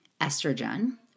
estrogen